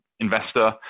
investor